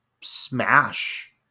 smash